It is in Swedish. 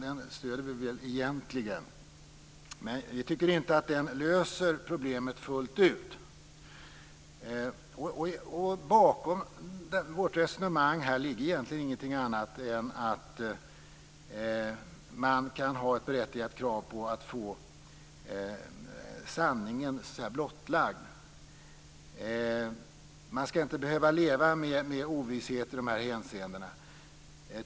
Vi stöder den egentligen, men vi tycker inte att den löser problemet fullt ut. Bakom vårt resonemang ligger egentligen ingenting annat än att man kan ha ett berättigat krav på att få sanningen blottlagd. Man ska inte behöva leva med ovisshet i de här hänseendena.